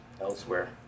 elsewhere